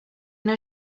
know